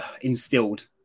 instilled